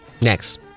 Next